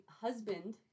husband